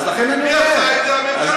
אז לכן אני אומר, מי עשה את זה?